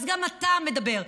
אז גם אתה מדבר.